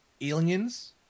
aliens